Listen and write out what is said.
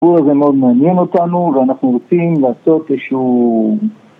סיפור הזה מאוד מעניין אותנו ואנחנו רוצים לעשות איזשהו...